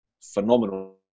phenomenal